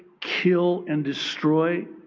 kill and destroy.